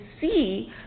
see